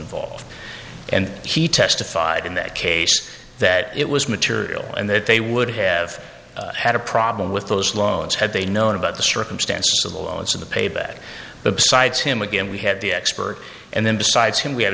involved and he testified in that case that it was material and that they would have had a problem with those loans had they known about the circumstances of the loans and the payback but besides him again we had the expert and then besides him we had